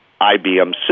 IBM